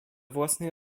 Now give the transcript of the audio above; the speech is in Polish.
własnej